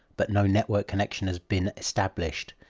but no network connection has been established,